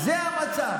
זה המצב.